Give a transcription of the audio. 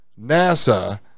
NASA